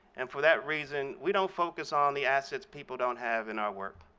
and for that reason we don't focus on the assets people don't have in our work.